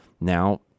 now